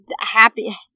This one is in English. happy